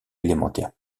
élémentaire